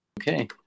Okay